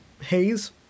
haze